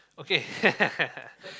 okay